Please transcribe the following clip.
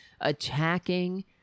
attacking